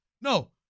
No